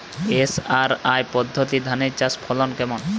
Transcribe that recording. SRI পদ্ধতি ধান চাষের ফলন কেমন?